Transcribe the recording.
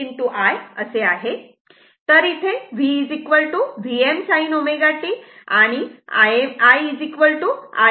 तर इथे v Vm sin ω t आणि I Im sin ω t असे आहे